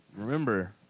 Remember